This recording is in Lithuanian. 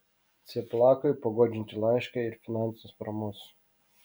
cieplakui paguodžiantį laišką ir finansinės paramos